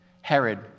Herod